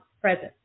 present